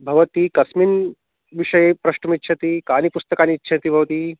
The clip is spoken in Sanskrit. भवती कस्मिन् विषये प्रष्टुमिच्छति कानि पुस्तकानि इच्छति भवती